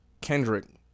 Kendrick